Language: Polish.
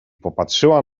popatrzyła